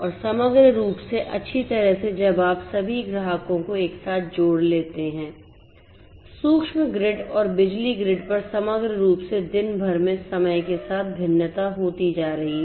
और समग्र रूप से अच्छी तरह से जब आप सभी ग्राहकों को एक साथ जोड़ लेते हैं सूक्ष्म ग्रिड और बिजली ग्रिड पर समग्र रूप से दिन भर में समय के साथ भिन्नता होती जा रही है